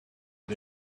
but